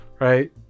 right